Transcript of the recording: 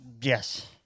Yes